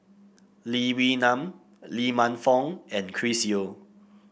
Lee Wee Nam Lee Man Fong and Chris Yeo